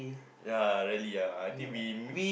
yea rarely ah I think we mix